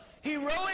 heroic